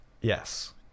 Yes